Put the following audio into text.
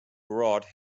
brought